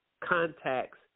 contacts